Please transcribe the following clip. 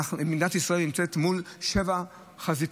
שמדינת ישראל נמצאת מול שבע חזיתות.